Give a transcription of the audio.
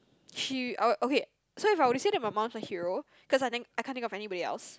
she uh okay so if I were to say that my mum's a hero cause I think I can't think of anybody else